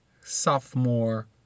sophomore